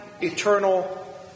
eternal